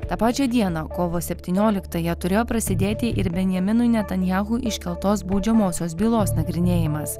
tą pačią dieną kovo septynioliktąją turėjo prasidėti ir benjaminui netanjahu iškeltos baudžiamosios bylos nagrinėjimas